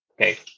Okay